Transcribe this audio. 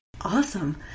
Awesome